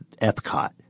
Epcot